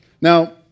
Now